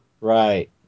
Right